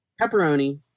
pepperoni